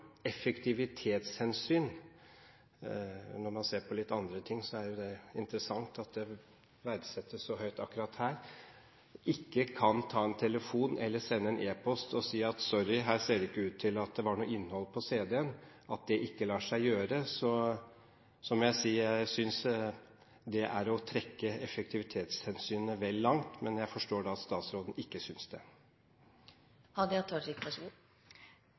det verdsettes så høyt akkurat her – ikke kan ta en telefon eller sende en e-post og si at sorry, her ser det ikke ut til at det var noe innhold på CD-en, må jeg si at jeg synes det er å trekke effektivitetshensynet vel langt, men jeg forstår at statsråden ikke synes